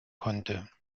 konnte